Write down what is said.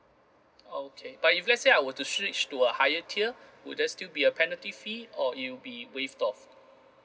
okay but if let's say I were to switch to a higher tier would there still be a penalty fee or it will be waived off